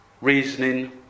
reasoning